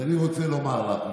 אני רוצה לומר לך,